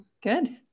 Good